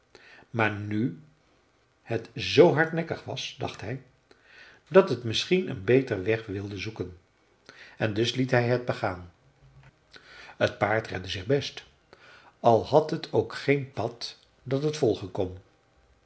maar nu het zoo hardnekkig was dacht hij dat het misschien een beter weg wilde zoeken en dus liet hij het begaan t paard redde zich best al had het ook geen pad dat het volgen kon